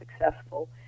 successful